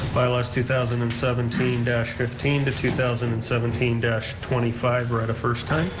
bylaws two thousand and seventeen fifteen to two thousand and seventeen twenty five read a first time.